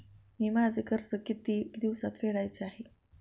मी माझे कर्ज किती दिवसांत फेडायचे आहे?